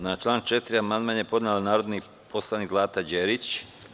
Na član 4. amandman je podnela narodni poslanik Zlata Đerić.